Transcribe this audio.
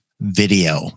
video